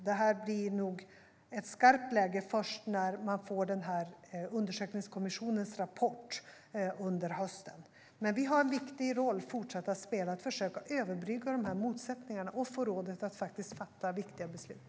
Det blir nog ett skarpt läge först när man får undersökningskommissionens rapport under hösten.